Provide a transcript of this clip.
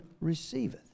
receiveth